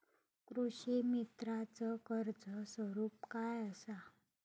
कृषीमित्राच कर्ज स्वरूप काय असा?